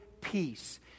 peace